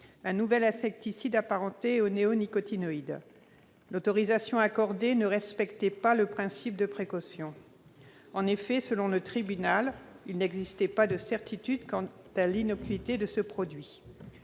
un nouvel insecticide apparenté aux néonicotinoïdes. L'autorisation accordée ne respectait pas le principe de précaution. En effet, selon le tribunal, il n'existait pas de certitude quant à l'innocuité de ce produit.